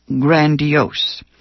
grandiose